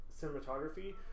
cinematography